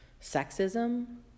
sexism